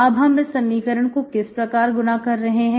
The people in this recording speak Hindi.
अब हम इस समीकरण को इस प्रकार गुना कर रहे हैं